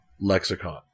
lexicon